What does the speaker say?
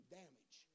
damage